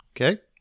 okay